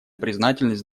признательность